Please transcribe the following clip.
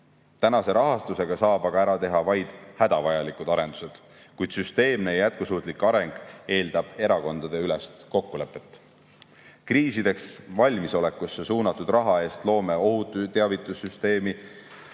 Tänase rahastusega saab aga ära teha vaid hädavajalikud arendused, kuid süsteemne ja jätkusuutlik areng eeldab erakondadeülest kokkulepet. Kriisideks valmisolekusse suunatud raha eest loome ohuteavitussüsteemi,